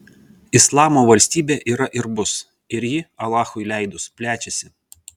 islamo valstybė yra ir bus ir ji alachui leidus plečiasi